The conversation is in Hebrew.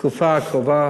בתקופה הקרובה